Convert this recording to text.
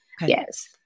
yes